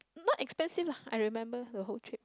not expensive lah I remember the whole trip